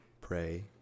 pray